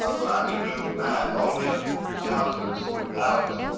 um but i could do math, all the way up to precalculus without